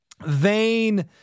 vain